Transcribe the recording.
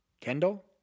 Kendall